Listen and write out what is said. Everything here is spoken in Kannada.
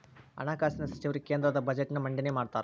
ಹಣಕಾಸಿನ ಸಚಿವರು ಕೇಂದ್ರದ ಬಜೆಟ್ನ್ ಮಂಡನೆ ಮಾಡ್ತಾರಾ